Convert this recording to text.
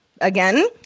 Again